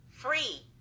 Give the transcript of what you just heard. Free